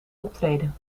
optreden